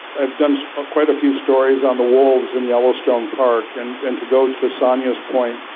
i've done ah quite a few stories on the wolves in yellowstone park, and and to go to sonia's point,